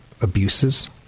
abuses